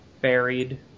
buried